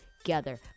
together